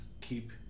keep